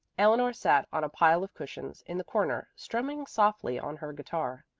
eleanor sat on a pile of cushions in the corner, strumming softly on her guitar.